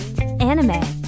Anime